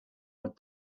with